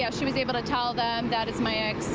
yeah she was able to tell them that it's my act.